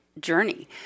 journey